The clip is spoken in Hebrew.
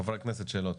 חברי הכנסת, שאלות.